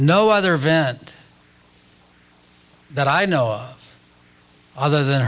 no other event that i know of other than